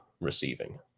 receiving